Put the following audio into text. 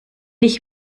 ich